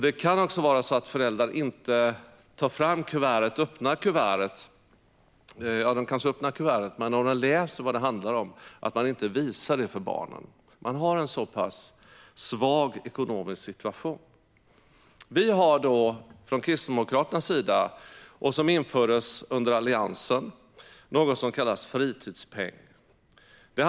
Det kan vara så att föräldrar öppnar kuvertet men när de läser vad brevet handlar om inte visar det för barnen. De har en så pass svag ekonomisk situation. Kristdemokraterna införde tillsammans med Alliansen fritidspengen.